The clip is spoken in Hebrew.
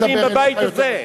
הצבועים שלנו יושבים בבית הזה.